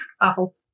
Awful